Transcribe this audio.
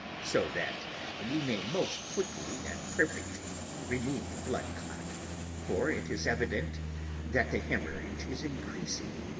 so that we may most quickly and perfectly remove the blood clot for it is evident that the haemorrhage is increasing.